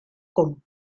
con